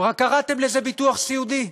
רק קראתם לזה ביטוח סיעודי,